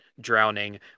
drowning